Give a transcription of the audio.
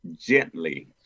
gently